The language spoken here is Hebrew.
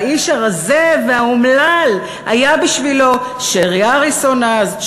האיש הרזה והאומלל היה בשבילו שרי אריסון אז,